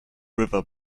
river